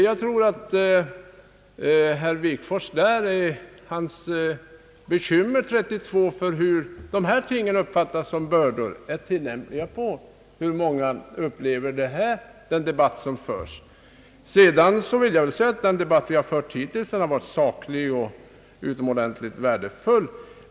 Jag tror att herr Wigforss” bekymmer 1932 för hur dessa ting uppfattades som bördor är tillämpliga på hur många upplever den debatt som nu förs. Jag vill dock säga att den debatt vi fört hittills har varit saklig och utomordentligt värdefull.